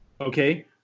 okay